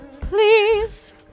please